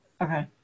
Okay